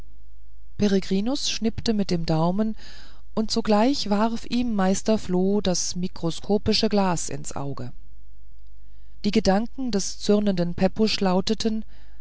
peregrinus schnippte mit dem daumen und sogleich warf ihm meister floh das mikroskopische glas ins auge die gedanken des zürnenden pepusch lauteten